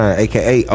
aka